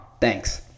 Thanks